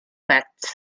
pets